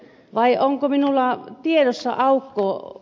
vai onko minulla tiedossa aukko